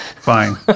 fine